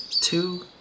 Two